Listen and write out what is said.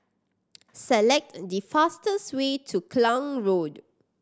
select the fastest way to Klang Road